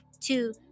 two